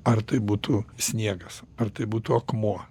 ar tai būtų sniegas ar tai būtų akmuo